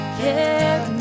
care